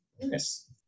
Yes